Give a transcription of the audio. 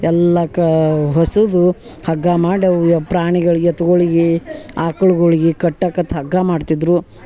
ಎಲ್ಲಾಕ ಹೊಸುದು ಹಗ್ಗ ಮಾಡವ ಯ ಪ್ರಾಣಿಗಳ ಎತ್ಗುಳಿಗೆ ಆಕ್ಳುಗುಳಿಗೆ ಕಟ್ಟಾಕತ ಹಗ್ಗ ಮಾಡ್ತಿದ್ದರು